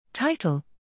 Title